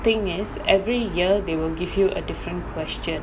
thing is every year they will give you a different question